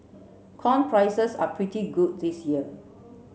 corn prices are pretty good this year